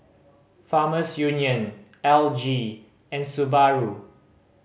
Farmers Union L G and Subaru